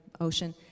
ocean